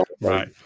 Right